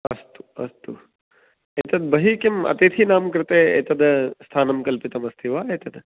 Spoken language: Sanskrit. अस्तु अस्तु एतत् बहिः किम् अतिथीनां कृते एतद् स्थानं कल्पितमस्ति वा एतत्